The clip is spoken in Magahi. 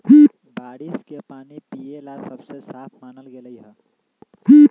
बारिश के पानी पिये ला सबसे साफ मानल गेलई ह